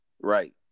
Right